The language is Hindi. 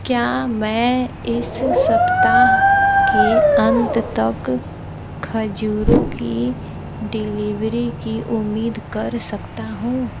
क्या मैं इस सप्ताह के अंत तक खजूरों की डिलीवरी की उम्मीद कर सकता हूँ